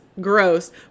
gross